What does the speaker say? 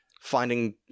finding